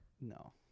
No